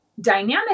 Dynamic